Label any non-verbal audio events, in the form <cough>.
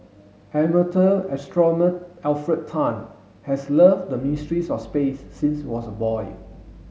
amateur <unintelligible> Alfred Tan has loved the mysteries of space since was a boy